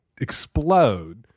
explode